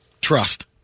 trust